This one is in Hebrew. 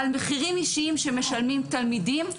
על מחירים אישיים שמשלמים תלמידים.